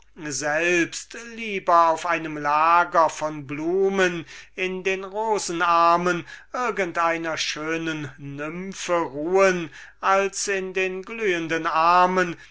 selbst lieber auf einem lager von blumen in den rosenarmen irgend einer schönen nymphe ruhen als in den glühenden armen